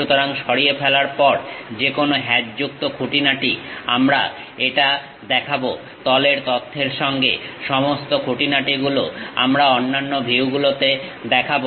সুতরাং সরিয়ে ফেলার পর যেকোনো হ্যাচযুক্ত খুঁটিনাটি আমরা এটা দেখাবো তলের তথ্যের সঙ্গে সমস্ত খুঁটিনাটিগুলো আমরা অন্যান্য ভিউগুলোতে দেখাবো